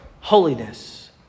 holiness